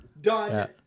done